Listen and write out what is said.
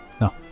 No